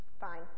fine